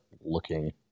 looking